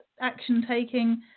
action-taking